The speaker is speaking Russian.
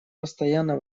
постоянно